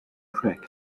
track